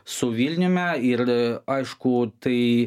su vilniumi ir aišku tai